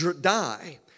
die